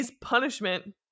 punishment